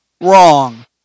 Wrong